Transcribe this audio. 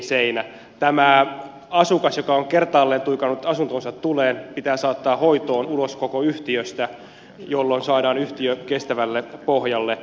tämä asukas joka on kertaalleen tuikannut asuntonsa tuleen pitää saattaa hoitoon ulos koko yhtiöstä jolloin saadaan yhtiö kestävälle pohjalle